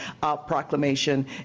Proclamation